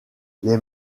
les